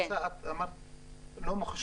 מה זאת פריסה לא מחושמלת?